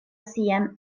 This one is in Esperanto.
sian